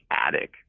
attic